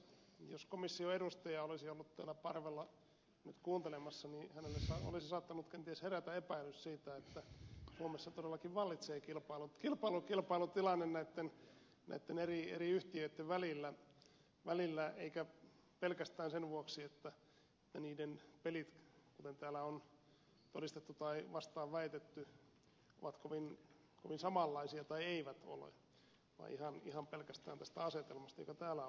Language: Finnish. jos komission edustaja olisi ollut täällä parvella nyt kuuntelemassa niin hänelle olisi saattanut kenties herätä epäilys siitä että suomessa todellakin vallitsee kilpailutilanne näitten eri yhtiöitten välillä eikä pelkästään sen vuoksi että niiden pelit kuten täällä on todistettu tai vastaan väitetty ovat kovin samanlaisia tai eivät ole vaan ihan pelkästään tästä asetelmasta joka täällä on vallinnut